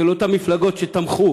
של אותן מפלגות שתמכו